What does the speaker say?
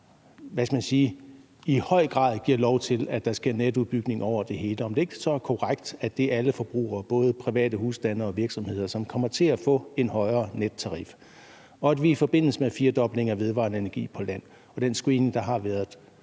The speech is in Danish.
i høj grad giver lov til, at der sker en netudbygning over det hele, er det så ikke korrekt, at det er alle forbrugere, både private husstande og virksomheder, som kommer til at få en højere nettarif, og at vi i forbindelse med firdoblingen af vedvarende energi på land og den screening, der har været,